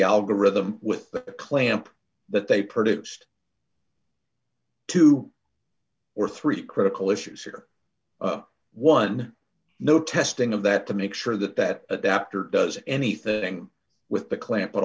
algorithm with the clamp that they produced two or three critical issues here one no testing of that to make sure that that adapter does anything with the clam